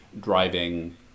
driving